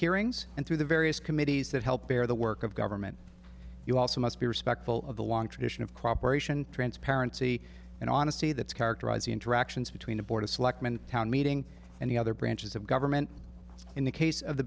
hearings and through the various committees that help bear the work of government you also must be respectful of the long tradition of cooperation transparency and honesty that characterize the interactions between the board of selectmen town meeting and the other branches of government in the case of the